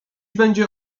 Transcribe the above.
będzie